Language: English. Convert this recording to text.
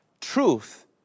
Truth